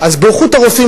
אז באיכות הרופאים,